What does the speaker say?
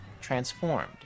transformed